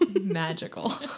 Magical